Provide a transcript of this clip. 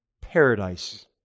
paradise